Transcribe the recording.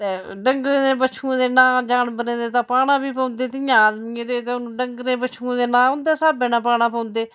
ते डंगरे दे बछुएं दे नांऽ जानवरें दे तां पाना बी पौंदे जियां आदमियें दे ते हून डंगरे बछुएं दे नांऽ उंदे स्हाबै ने पाना पौंदे